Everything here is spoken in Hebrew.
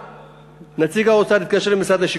ואסור שלאישה תצא דמעה מהעין.